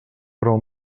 però